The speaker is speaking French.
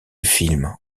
film